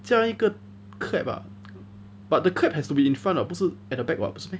加一个 clap ah but the clap has to be in front [what] 不是 at the back [what] 不是 meh